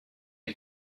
est